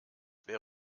wäre